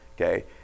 okay